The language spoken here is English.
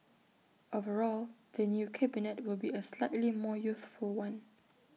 overall the new cabinet will be A slightly more youthful one